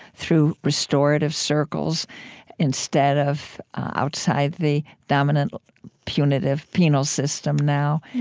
through restorative circles instead of outside the dominant punitive penal system now.